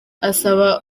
asaba